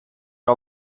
her